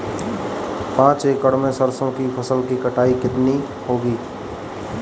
पांच एकड़ में सरसों की फसल की कटाई कितनी होगी?